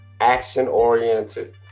action-oriented